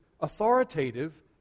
authoritative